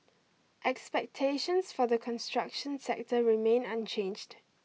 expectations for the construction sector remain unchanged